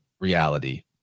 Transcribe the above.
reality